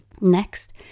Next